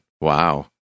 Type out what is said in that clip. Wow